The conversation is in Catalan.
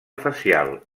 facial